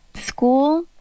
School